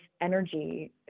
energy